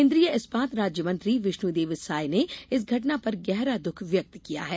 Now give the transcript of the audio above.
केन्द्रीय इस्पात राज्य मंत्री विष्णुदेव साय ने इस घटना पर गहरा दुःख व्यक्त किया है